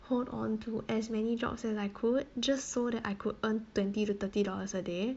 hold on to as many jobs as I could just so that I could earn twenty to thirty dollars a day